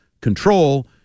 control